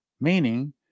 Meaning